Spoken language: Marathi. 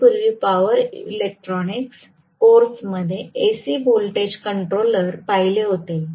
आम्ही पूर्वी पॉवर इलेक्ट्रॉनिक्स कोर्समध्ये AC व्होल्टेज कंट्रोलर पाहिले होते